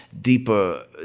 deeper